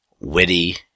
witty